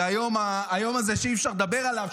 זה היום הזה שאי-אפשר לדבר עליו,